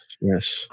Yes